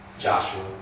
Joshua